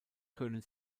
können